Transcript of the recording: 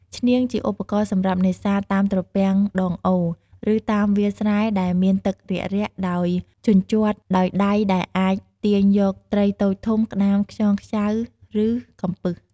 ឈ្នាងជាឧបករណ៍សម្រាប់នេសាទតាមត្រពាំងដងអូរ ឬតាមវាលស្រែដែលមានទឹករាក់ៗដោយជញ្ជាត់ដោយដៃដែលអាចទាញយកត្រីតូចធំ ក្តាម ខ្យង ខ្ចៅ ឬកំពឹស។